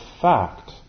fact